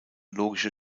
logische